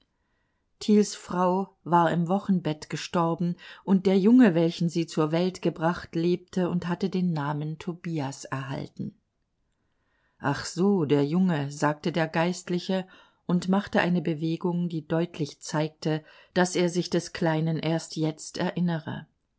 thiels frau war im wochenbett gestorben und der junge welchen sie zur welt gebracht lebte und hatte den namen tobias erhalten ach so der junge sagte der geistliche und machte eine bewegung die deutlich zeigte daß er sich des kleinen erst jetzt erinnere